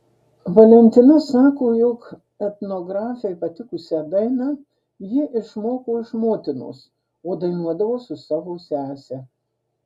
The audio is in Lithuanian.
valentina sako jog etnografei patikusią dainą ji išmoko iš motinos o dainuodavo su savo sese